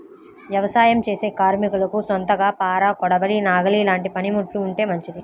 యవసాయం చేసే కార్మికులకు సొంతంగా పార, కొడవలి, నాగలి లాంటి పనిముట్లు ఉంటే మంచిది